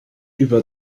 über